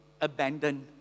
abandoned